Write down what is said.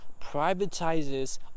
privatizes